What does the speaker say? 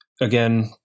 Again